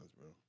bro